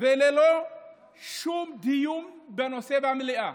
וללא שום דיון בנושא במליאה.